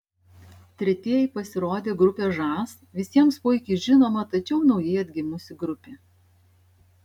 tretieji pasirodė grupė žas visiems puikiai žinoma tačiau naujai atgimusi grupė